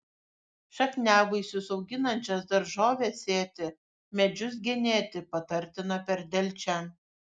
šakniavaisius auginančias daržoves sėti medžius genėti patartina per delčią